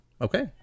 Okay